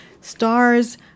stars